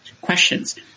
questions